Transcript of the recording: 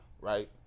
right